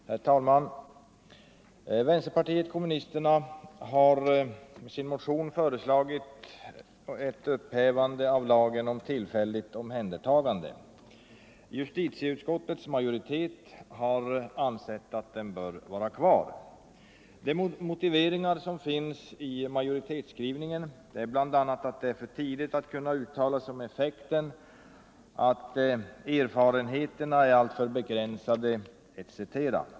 Herr talman! Vänsterpartiet kommunisterna har i sin motion föreslagit upphävande av lagen om tillfälligt omhändertagande. Justitieutskottets majoritet har ansett att den bör vara kvar. De motiveringar som finns i majoritetsskrivningen är bl.a. att det är för tidigt att kunna uttala sig om effekten, att ”erfarenheterna är alltför begränsade” etc. Bl.